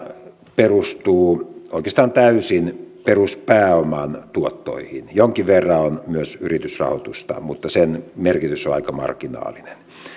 perustuu oikeastaan täysin peruspääoman tuottoihin jonkin verran on myös yritysrahoitusta mutta sen merkitys on aika marginaalinen